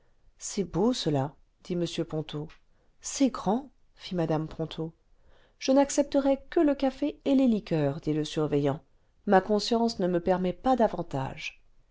c'est beau cela dit m ponto c'est grand fit mme ponto je n'accepterai que le café et les liqueurs dit le surveillant ma conscience ne me permet pas davantage